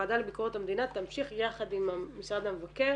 הוועדה לביקורת המדינה תמשיך יחד עם משרד המבקר